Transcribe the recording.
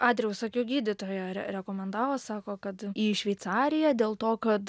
adrijaus akių gydytoja re rekomendavo sako kad į šveicariją dėl to kad